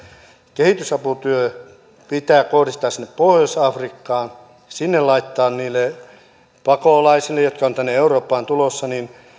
kehitysaputyö pitää kohdistaa sinne pohjois afrikkaan sinne laittaa niille pakolaisille jotka ovat tänne eurooppaan tulossa